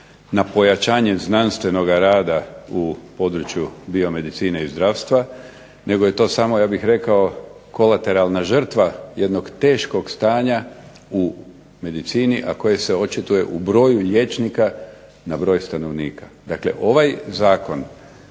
na pojačanje znanstvenoga rada u području biomedicine i zdravstva nego je to samo, ja bih rekao kolateralna žrtva jednog teškog stanja u medicini, a koje se očituje u broju liječnika na broj stanovnika. Dakle, ovaj zakon